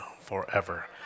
forever